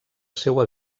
seua